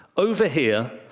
over here,